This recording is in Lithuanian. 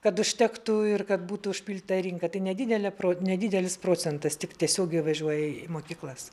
kad užtektų ir kad būtų užpildyta rinka tai nedidelė pro nedidelis procentas tik tiesiogiai važiuoja į mokyklas